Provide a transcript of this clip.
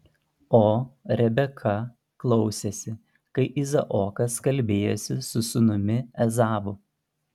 o rebeka klausėsi kai izaokas kalbėjosi su sūnumi ezavu